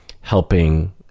helping